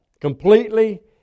completely